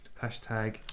Hashtag